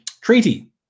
Treaty